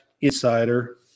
insider